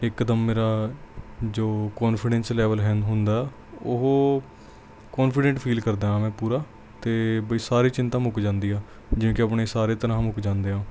ਇਕਦਮ ਮੇਰਾ ਜੋ ਕੋਨਫੀਡੈਂਸ ਲੈਵਲ ਹੈ ਹੁੰਦਾ ਉਹ ਕੋਨਫੀਡੈਂਟ ਫੀਲ ਕਰਦਾ ਮੈਂ ਪੂਰਾ ਅਤੇ ਬਈ ਸਾਰੀ ਚਿੰਤਾ ਮੁੱਕ ਜਾਂਦੀ ਆ ਜਿਵੇਂ ਕਿ ਆਪਣੇ ਸਾਰੇ ਤਣਾਓ ਮੁੱਕ ਜਾਂਦੇ ਆ